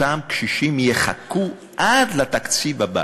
אותם קשישים יחכו עד לתקציב הבא